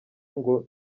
ngo